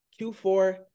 Q4